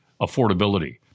affordability